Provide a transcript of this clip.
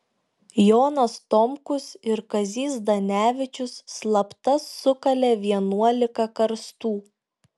jonas tomkus ir kazys zdanevičius slapta sukalė vienuolika karstų